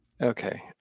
okay